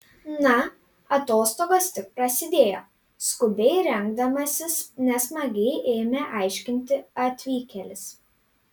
na atostogos tik prasidėjo skubiai rengdamasis nesmagiai ėmė aiškinti atvykėlis